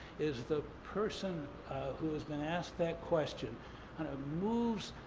is the person who has been asked that question and ah moves,